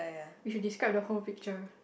we should describe the whole picture